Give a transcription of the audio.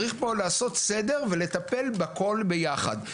צריך פה לעשות סדר ולטפל בכול ביחד.